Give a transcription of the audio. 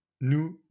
nous